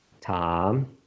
Tom